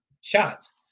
shots